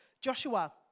Joshua